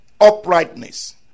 Uprightness